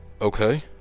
Okay